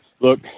Look